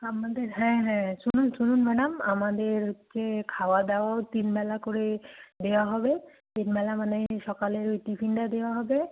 আমাদের হ্যাঁ হ্যাঁ শুনুন শুনুন ম্যাডাম আমাদের হচ্ছে খাওয়া দাওয়াও তিন বেলা করে দেওয়া হবে তিন বেলা মানে সকালের ওই টিফিনটা দেওয়া হবে